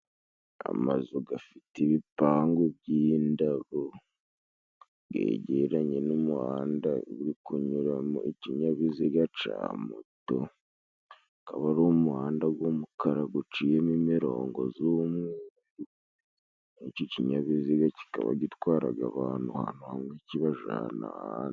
Amazu gafite ibipangu by'indabo yegeranye n'umuhanda uri kunyuramo ikinyabiziga ca moto kaba ari umuhanda g'umukara guciyemo imirongo z'umweru ici kinyabiziga kikaba gitwaraga abantu ahantu h' ikibajana ahandi.